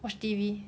watch T_V